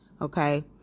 okay